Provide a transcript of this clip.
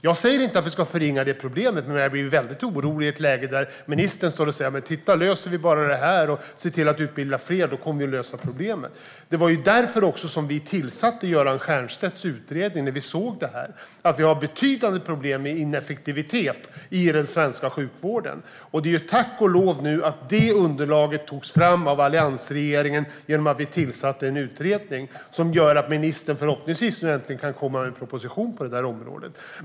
Jag säger inte att vi ska förringa det problemet, men jag blir orolig när ministern säger att vi kommer att lösa sjukvårdens problem om vi bara ser till att utbilda fler. När vi såg problemet tillsatte vi Göran Stiernstedts utredning. Vi har betydande problem med ineffektivitet i den svenska sjukvården. Tack och lov att detta underlag togs fram av alliansregeringen, som tillsatte en utredning! Det är detta som gör att ministern förhoppningsvis nu äntligen kan komma med en proposition på detta område.